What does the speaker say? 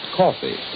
coffee